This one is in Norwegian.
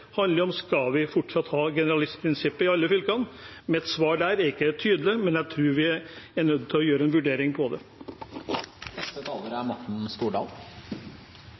alle fylkene. Mitt svar der er ikke tydelig, men jeg tror vi er nødt til å gjøre en vurdering av det. Som representanten Njåstad innledet med, er